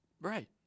Right